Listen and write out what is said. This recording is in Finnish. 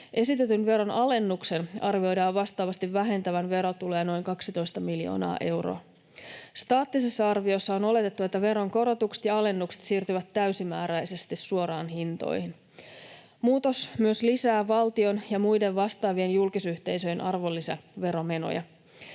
Esitetyn veron alennuksen arvioidaan vastaavasti vähentävän verotuloja noin 12 miljoonaa euroa. Staattisessa arviossa on oletettu, että veronkorotukset ja -alennukset siirtyvät täysimääräisesti suoraan hintoihin. Muutos myös lisää valtion ja muiden vastaavien julkisyhteisöjen arvonlisäveromenoja.